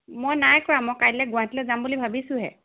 মই নাই কৰা মই কাইলৈ গুৱাহাটীলৈ যাম বুলি ভাবিছোঁহে